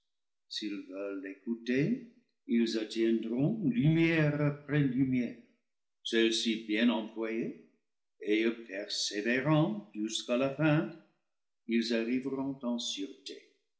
s'ils veulent l'écouter ils atteindront lumière après lumière celle-ci bien employée et eux persévérant jusqu'à la fin ils arriveront en sûreté